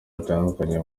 bitandukanye